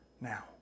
now